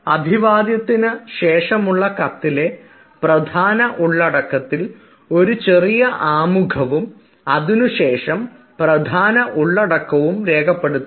അഭിവാദ്യ ത്തിന് ശേഷമുള്ള കത്തിലെ പ്രധാന ഉള്ളടക്കത്തിൽ ഒരു ചെറിയ ആമുഖവും അതിനുശേഷം പ്രധാന ഉള്ളടക്കവും രേഖപ്പെടുത്തണം